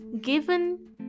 given